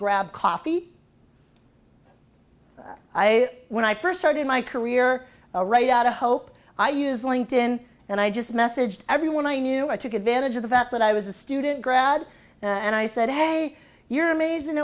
grab coffee that i when i first started my career write out a hope i use linked in and i just message to everyone i knew i took advantage of the fact that i was a student grad and i said hey you're amazing